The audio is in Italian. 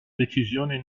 decisione